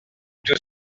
tous